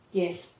yes